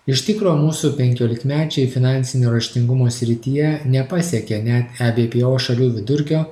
iš tikro mūsų penkiolikmečiai finansinio raštingumo srityje nepasiekė net ebpo šalių vidurkio